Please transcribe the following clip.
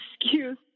excuse